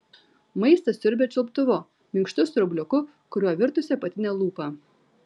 maistą siurbia čiulptuvu minkštu straubliuku kuriuo virtusi apatinė lūpa